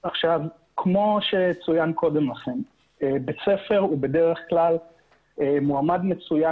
כמו שצוין קודם לכן בית ספר הוא בדרך כלל מועמד מצוין